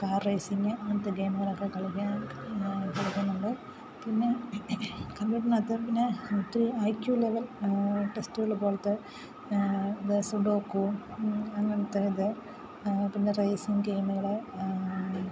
car racing അങ്ങനത്തെ ഗെയിമുകളൊക്കെ കളിക്കാൻ കളിക്കുന്നുണ്ട് പിന്നെ കമ്പ്യൂട്ടറിനകത്ത് പിന്നെ ഒത്തിരി ഐ ക്യു ലെവൽ ടെസ്റ്റുകൾ പോലത്തെ ഇത് സുഡോകു അങ്ങനത്തെ ഇത് പിന്നെ റേസിംഗ് ഗെയിമുകൾ